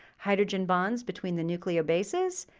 hydrogen bonds between the nucleobases,